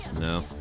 No